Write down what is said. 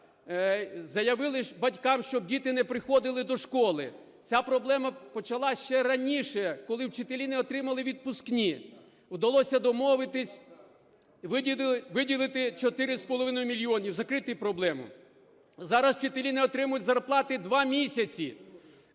заявили батькам, щоб діти не приходили до школи. Ця проблема почалася ще раніше, коли вчителі не отримали відпускні. Вдалося домовитися, виділити 4,5 мільйони і закрити проблему. Зараз вчителі не отримують зарплати два місяці.